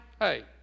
hey